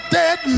dead